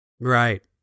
Right